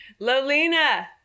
lolina